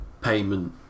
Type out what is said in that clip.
payment